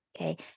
okay